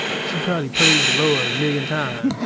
she probably praised the lord a million times.